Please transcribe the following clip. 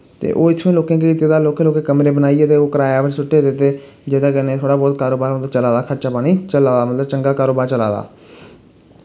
ते ओह् इत्थुआं दे लोकें दी इक गल्ल लौह्के लौह्के कमरे बनाइयै ते ओह् कराया पर सु'ट्टे दे ते जेह्दे कन्नै थोह्ड़ा बहुत कारोबार उं'दा चला दा खर्चा पानी चला दा मतलब चंगा कारोबार चला दा